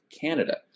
Canada